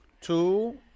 two